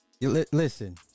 listen